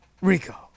Rico